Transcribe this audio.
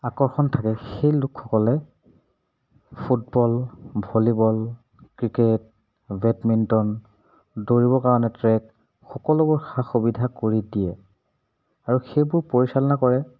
আকৰ্ষণ থাকে সেই লোকসকলে ফুটবল ভলীবল ক্ৰিকেট বেডমিণ্টন দৌৰিবৰ কাৰণে ট্ৰেক সকলোবোৰ সা সুবিধা কৰি দিয়ে আৰু সেইবোৰ পৰিচালনা কৰে